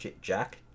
Jack